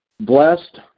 Blessed